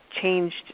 changed